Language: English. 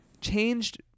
changed